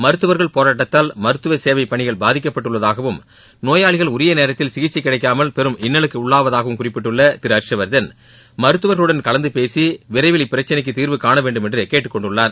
மருத்துவர்கள் போராட்டாத்தால் மருத்துவ சேவை பணிகள் பாதிக்கப்பட்டுள்ளதாகவும் நோயாளிகள் உரிய நேரத்தில் சிகிச்சை கிடைக்காமல் பெரும் இன்னலுக்கு உள்ளாவதாகவும் குறிப்பிட்டுள்ள திரு ஹர்ஷ்வர்தன் மருத்துவர்களுடன் கலந்து பேசி விரைவில் இப்பிரச்சனைக்கு தீர்வு காணவேண்டும் என்று கேட்டுக்கொண்டுள்ளார்